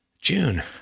June